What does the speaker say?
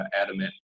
adamant